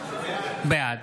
בעד